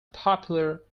popular